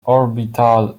orbital